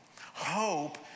Hope